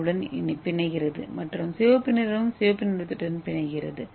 ஏவுடன் பிணைக்கிறது மற்றும் சிவப்பு நிறம் சிவப்பு நிறத்துடன் பிணைக்கிறது